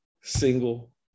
single